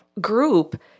group